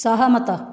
ସହମତ